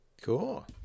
cool